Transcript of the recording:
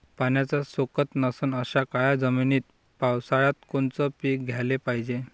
पाण्याचा सोकत नसन अशा काळ्या जमिनीत पावसाळ्यात कोनचं पीक घ्याले पायजे?